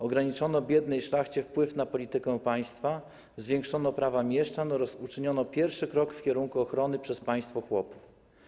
Ograniczono biednej szlachcie wpływ na politykę państwa, zwiększono prawa mieszczan oraz uczyniono pierwszy krok w kierunku ochrony przez państwo chłopów.